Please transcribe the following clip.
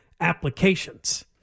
applications